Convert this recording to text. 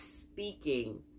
speaking